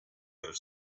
other